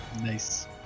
nice